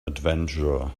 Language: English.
adventurer